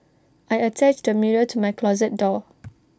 I attached A mirror to my closet door